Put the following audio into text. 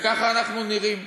וככה אנחנו נראים.